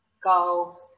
go